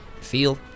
feel